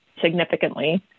significantly